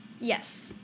Yes